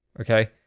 okay